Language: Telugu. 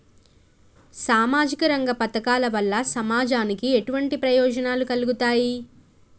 సామాజిక రంగ పథకాల వల్ల సమాజానికి ఎటువంటి ప్రయోజనాలు కలుగుతాయి?